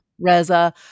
Reza